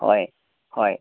হয় হয়